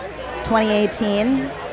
2018